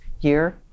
year